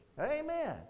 Amen